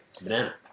banana